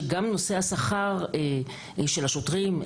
שגם נושא השכר של השוטרים,